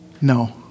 No